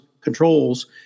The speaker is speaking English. Controls